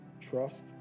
trust